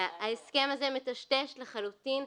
שההסכם הזה מטשטש לחלוטין,